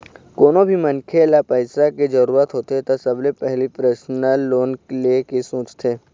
कोनो भी मनखे ल पइसा के जरूरत होथे त सबले पहिली परसनल लोन ले के सोचथे